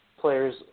players